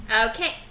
Okay